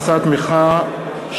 משלוח התראה לתשלום לצרכן),